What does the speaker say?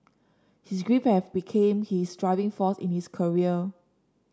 his grief have became his driving force in his career